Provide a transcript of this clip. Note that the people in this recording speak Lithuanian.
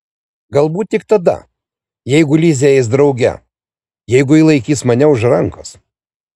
galbūt tik tada jeigu lizė eis drauge jeigu ji laikys mane už rankos